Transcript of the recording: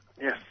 Yes